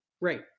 Right